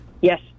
Yes